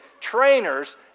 trainers